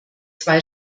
zwei